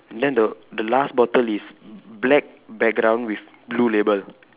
then the the last bottle is b~ black background with blue label